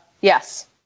yes